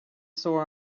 sore